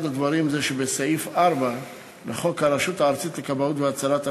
אחד הדברים הוא שסעיף 4 לחוק הרשות הארצית לכבאות והצלה,